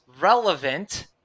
relevant